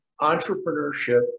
entrepreneurship